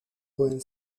pueden